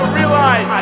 realize